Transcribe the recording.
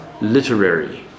literary